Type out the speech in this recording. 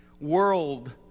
world